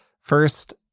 First